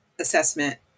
assessment